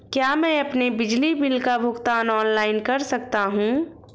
क्या मैं अपने बिजली बिल का भुगतान ऑनलाइन कर सकता हूँ?